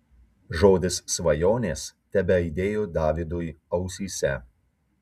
žodis svajonės tebeaidėjo davidui ausyse